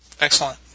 excellent